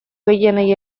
gehienei